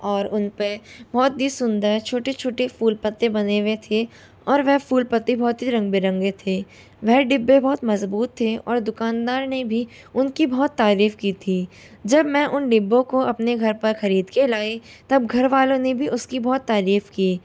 और उन पर बहुत ही सुंदर छोटे छोटे फ़ूल पत्ते बने हुए थे और वह फ़ूल पत्ते बहुत ही रंग बिरंगे थे वह डिब्बे बहुत मज़बूत थे और दुकानदार ने भी उनकी बहुत तारीफ की थी जब मैं उन डिब्बों को अपने घर पर खरीद के लाई तब घरवालों ने भी उसकी बहुत तारीफ की